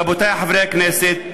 רבותי חברי הכנסת,